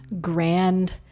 grand